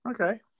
Okay